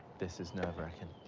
this is nerve-wracking.